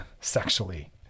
sexually